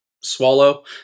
swallow